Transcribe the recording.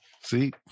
see